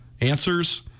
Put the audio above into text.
answers